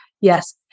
yes